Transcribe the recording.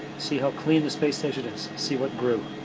see how clean the space station is, see what grew.